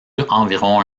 environ